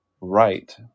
right